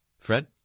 Fred